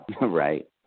Right